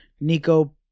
Nico